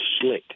slick